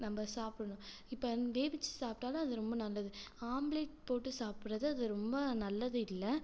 நம்ம சாப்பிடணும் இப்போ வேகவிச்சு சாப்பிட்டாலும் அது ரொம்ப நல்லது ஆம்லெட் போட்டு சாப்பிடறது அது ரொம்ப நல்லது இல்லை